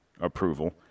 approval